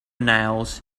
nails